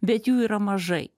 bet jų yra mažai